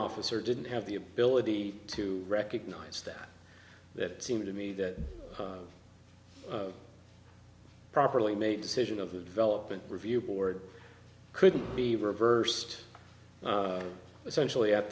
officer didn't have the ability to recognize that that seemed to me that a properly made decision of the development review board could be reversed essentially at